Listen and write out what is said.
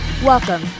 Welcome